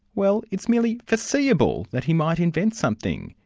well, it's merely foreseeable that he might invent something,